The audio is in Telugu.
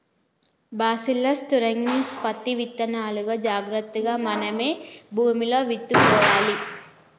బాసీల్లస్ తురింగిన్సిస్ పత్తి విత్తనాలును జాగ్రత్తగా మనమే భూమిలో విత్తుకోవాలి